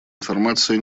информация